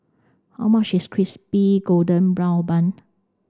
how much is crispy golden brown bun